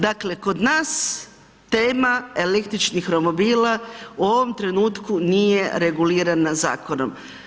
Dakle kod nas tema električnih romobila u ovom trenutku nije regulirana zakonom.